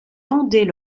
vendaient